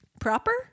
Proper